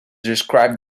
described